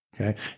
Okay